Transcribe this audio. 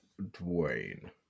Dwayne